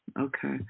Okay